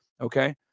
okay